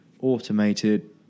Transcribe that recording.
automated